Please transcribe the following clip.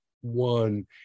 one